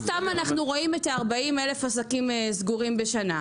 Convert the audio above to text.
לא סתם אנחנו רואים 40,000 עסקים סגורים כל שנה.